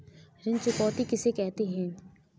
ऋण चुकौती किसे कहते हैं?